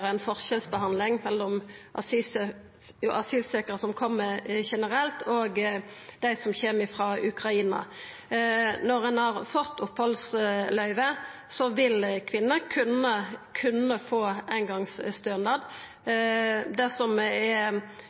ein forskjellsbehandling mellom asylsøkjarar som kjem generelt, og dei som kjem frå Ukraina. Når ein har fått opphaldsløyve, vil kvinner kunna få eingongsstønad. Det som kanskje er